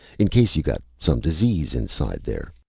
in case you got some disease inside there.